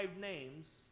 names